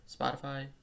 spotify